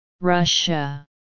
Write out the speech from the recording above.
Russia